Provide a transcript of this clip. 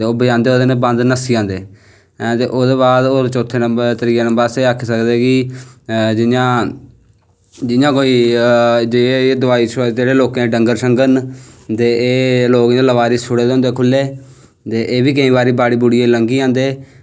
ते लोग बजांदे बांदर नस्सी जंदे ओह्दे कन्नै ते ओह्दे बाद त्रियै नंबर एह् आक्खी सकदे कि ते जियां जियां कई दोआई जेह्ड़े लोकें दे डंगर ते लोकें लावारिस छुड़े दे होंदे खुल्ले ते एह्बी केईं बारी बाड़ियै गी लंग्गी जंदे